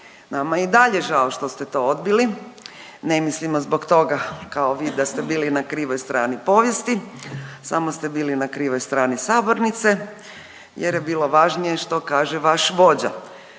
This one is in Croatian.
Nama je i dalje žao što ste to odbili, ne mislimo zbog toga kao vi da ste bili na krivoj strani povijesti, samo ste bili na krivoj strani sabornice jer je bilo važnije što kaže vaš vođa.